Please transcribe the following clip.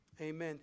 Amen